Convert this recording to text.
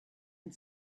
and